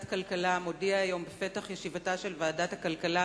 הכלכלה מודיע בפתח ישיבתה של ועדת הכלכלה